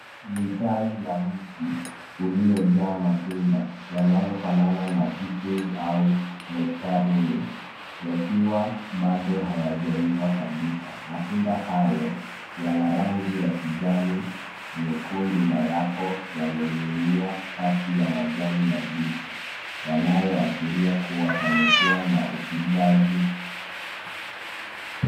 Ni tawi la mti uliojaa matunda yanayofanana na peaches au nectarines yakiwa bado hayajaiva kabisa. Matunda hayo yana rangi ya kijani nyekundu ya yapo yamening'inia kati ya majani mabichi yanayoashiria kuwa pamekuwa na upigaji...